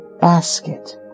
basket